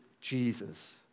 Jesus